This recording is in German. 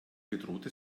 bedrohte